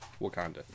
Wakanda